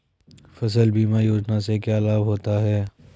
फसल बीमा योजना से क्या लाभ होता है?